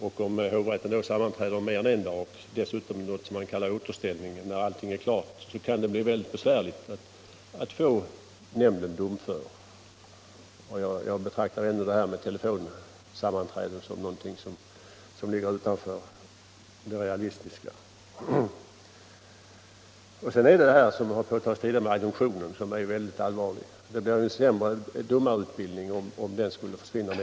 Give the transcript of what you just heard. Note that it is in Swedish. Om hovrätten sammanträder mer än en dag och dessutom har något man kallar återställningen när allting är klart, kan det bli besvärligt att få nämnden domför. Detta med telefonsammanträde betraktar jag inte som realistiskt. Det här med adjunktionen, som redan påpekats, är också allvarligt. Det blir en sämre domarutbildning om den skulle försvinna.